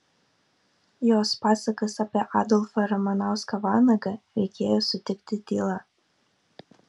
jos pasakas apie adolfą ramanauską vanagą reikėjo sutikti tyla